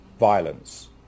violence